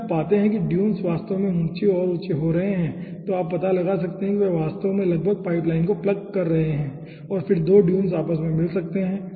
यदि आप पाते हैं कि ड्यून्स वास्तव में ऊंचे और ऊंचे हो रहे हैं तो आप पता लगा सकते हैं कि वे वास्तव में लगभग पाइपलाइन को प्लग कर रहे हैं और फिर दो ड्यून्स आपस में भी मिल सकते हैं